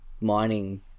mining